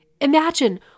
Imagine